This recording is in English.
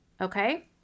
Okay